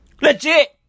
Legit